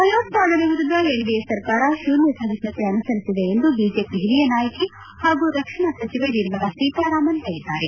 ಭಯೋತ್ಪಾದನೆ ವಿರುದ್ದ ಎನ್ಡಿಎ ಸರ್ಕಾರ ಶೂನ್ದ ಸಹಿಷ್ಣುತೆ ಅನುಸರಿಸಿದೆ ಎಂದು ಬಿಜೆಪಿ ಹಿರಿಯ ನಾಯಕಿ ಹಾಗೂ ರಕ್ಷಣಾ ಸಚಿವೆ ನಿರ್ಮಲಾ ಸೀತಾರಾಮನ್ ಹೇಳಿದ್ದಾರೆ